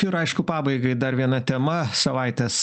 ir aišku pabaigai dar viena tema savaitės